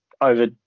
over